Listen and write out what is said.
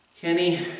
Kenny